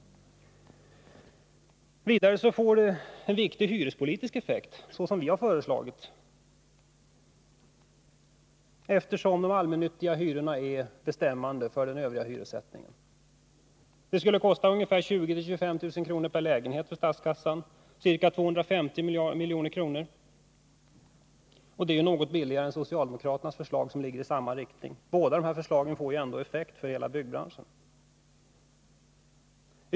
Vidare får vårt förslag en viktig hyrespolitisk effekt, eftersom hyrorna i de allmännyttiga bostadsföretagen blir bestämmande för övrig hyressättning. Mervärdeskattelättnaderna för det allmännyttiga byggandet skulle kosta statskassan ungefär 20 000-25 000 kr. per lägenhet, totalt ca 250 milj.kr. Det är något billigare än det av socialdemokraterna framförda förslaget, som går i samma riktning. Båda förslagen får ju ändå effekt för hela byggbranschen.